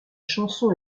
chanson